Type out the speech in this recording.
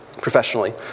professionally